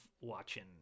watching